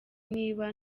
niba